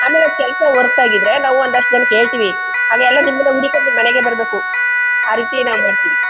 ಆಮೇಲೆ ಕೆಲಸ ವರ್ತ್ ಆಗಿದ್ರೆ ನಾವು ಒಂದು ಅಷ್ಟು ಜನಕ್ಕೆ ಹೇಳ್ತೀವಿ ಹಾಗೆ ಎಲ್ಲ ನಿಮ್ಮನ್ನು ಹುಡುಕ್ಕೊಂಡು ನಿಮ್ಮ ಮನೆಗೆ ಬರಬೇಕು ಆ ರೀತಿ ನಾವು ಮಾಡ್ತೀವಿ